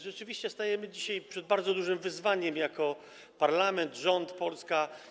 Rzeczywiście stajemy dzisiaj przed bardzo dużym wyzwaniem jako parlament, rząd, Polska.